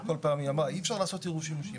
אבל כל פעם היא אמרה אי אפשר לעשות עירוב שימושים,